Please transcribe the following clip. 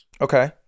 Okay